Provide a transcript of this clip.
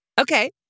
Okay